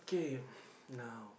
okay now